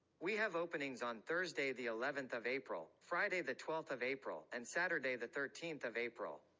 we have openings on thursday, the eleventh of april, friday, the twelfth of april, and saturday, the thirteenth of april.